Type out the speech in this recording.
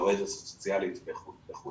לעובדת הסוציאלית וכולי.